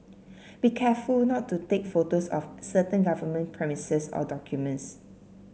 be careful not to take photos of certain government premises or documents